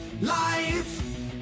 Life